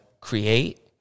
create